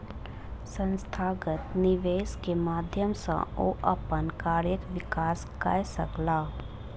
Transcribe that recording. संस्थागत निवेश के माध्यम सॅ ओ अपन कार्यक विकास कय सकला